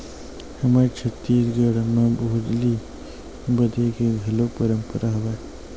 हमर छत्तीसगढ़ म भोजली बदे के घलोक परंपरा हवय